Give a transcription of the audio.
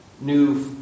new